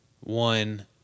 one